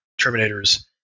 terminators